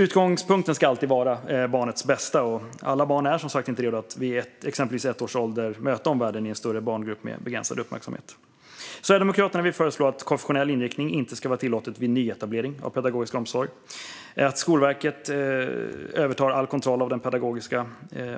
Utgångspunkten ska alltid vara barnets bästa, och alla barn är som sagt inte redo att vid exempelvis ett års ålder möta omvärlden i en större barngrupp med begränsad uppmärksamhet. Sverigedemokraterna föreslår att det inte ska vara tillåtet med konfessionell inriktning vid nyetablering av pedagogisk omsorg, att Skolverket ska överta all kontroll av den pedagogiska